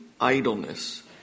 idleness